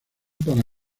para